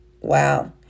Wow